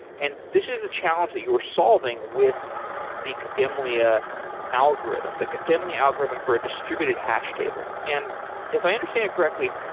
and this is the challenge that you were solving with the kademlia algorithm, the kademlia algorithm for a distributed hash table. and if i understand it correctly,